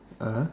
(uh huh)